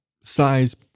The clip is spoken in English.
size